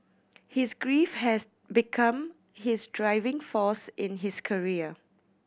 his grief has become his driving force in his career